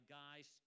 guys